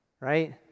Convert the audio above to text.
Right